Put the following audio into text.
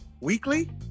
Weekly